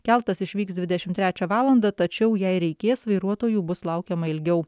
keltas išvyks dvidešim trečią valandą tačiau jei reikės vairuotojų bus laukiama ilgiau